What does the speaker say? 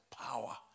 power